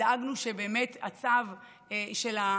דאגנו שבאמת הצו של,